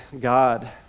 God